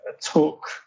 talk